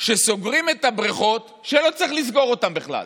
שסוגרים את הבריכות כשלא צריך לסגור אותן בכלל,